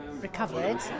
recovered